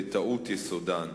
בטעות יסודן.